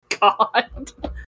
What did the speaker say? God